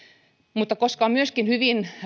mutta on myöskin hyvin